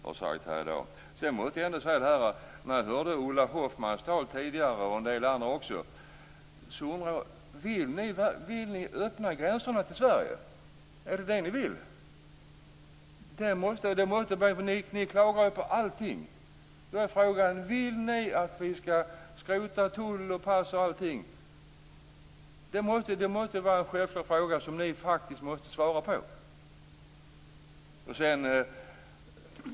När jag hörde Ulla Hoffmanns och en del andras anföranden här tidigare undrade jag: Vill ni öppna gränserna till Sverige? Är det vad ni vill? Ni klagar ju på allting. Då är frågan: Vill ni att vi skall skrota tulloch passkontroller? Den frågan måste ni faktiskt svara på.